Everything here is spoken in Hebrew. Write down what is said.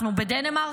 אנחנו בדנמרק?